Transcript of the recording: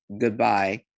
goodbye